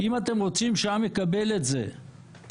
אם אתם רוצים שהעם יקבל את זה ושהמדינה